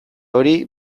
hori